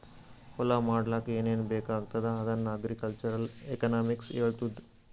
ಹೊಲಾ ಮಾಡ್ಲಾಕ್ ಏನೇನ್ ಬೇಕಾಗ್ತದ ಅದನ್ನ ಅಗ್ರಿಕಲ್ಚರಲ್ ಎಕನಾಮಿಕ್ಸ್ ಹೆಳ್ತುದ್